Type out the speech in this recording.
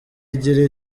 igira